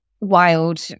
wild